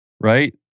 right